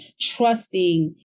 trusting